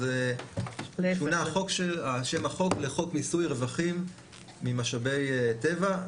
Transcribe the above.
אז שונה שם החוק לחוק מיסוי רווחים ממשאבי טבע.